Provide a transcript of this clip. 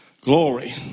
Glory